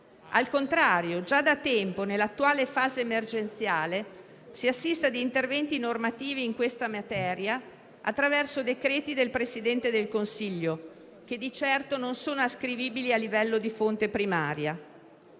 Al contrario, già da tempo, nell'attuale fase emergenziale, si assiste ad interventi normativi su questa materia, attraverso decreti del Presidente del Consiglio, che di certo non sono ascrivibili al livello di fonte primaria.